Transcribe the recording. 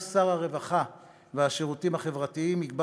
כי שר הרווחה והשירותים החברתיים יקבע